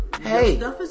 hey